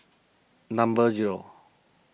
number zero